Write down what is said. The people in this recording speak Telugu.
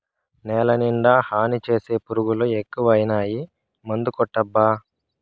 నేలనిండా హాని చేసే పురుగులు ఎక్కువైనాయి మందుకొట్టబ్బా